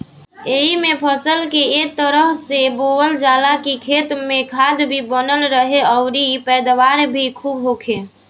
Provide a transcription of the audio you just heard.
एइमे फसल के ए तरह से बोअल जाला की खेत में खाद भी बनल रहे अउरी पैदावार भी खुब होखे